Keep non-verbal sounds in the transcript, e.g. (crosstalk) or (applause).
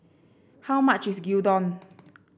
how much is Gyudon (noise)